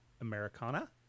americana